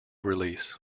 release